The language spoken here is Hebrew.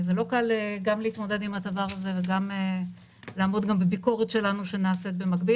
לא קל להתמודד עם הדבר הזה וגם לעמוד בביקורת שלנו שנעשית במקביל.